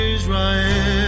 Israel